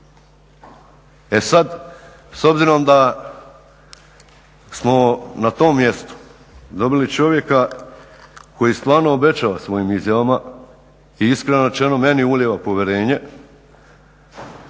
E sada s obzirom da smo na tom mjestu dobili čovjeka koji stvarno obećava svojim izjavama i iskreno rečeno meni ulijeva povjerenje,